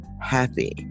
happy